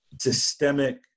systemic